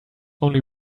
only